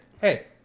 hey